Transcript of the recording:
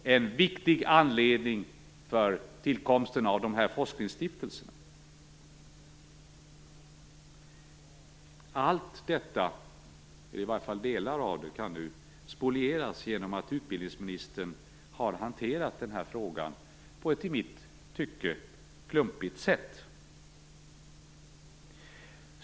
Allt detta, eller i varje fall delar av det, kan nu spolieras genom att utbildningsministern har hanterat den här frågan på ett i mitt tycke klumpigt sätt.